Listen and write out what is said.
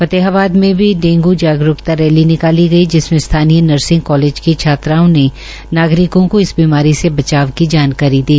फतेहाबाद में भी डेंग् गरूक्ता रैली निकाली गई पि समें स्थानीय नर्सिंग कालेप की छात्राओं ने नागरिको को इस बीमारी से बचाव की थानकारी दी